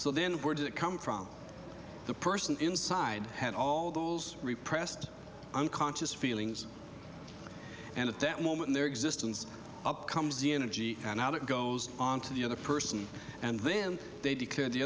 so then where does it come from the person inside had all those repressed unconscious feelings and at that moment in their existence up comes the energy and out it goes on to the other person and then they declared the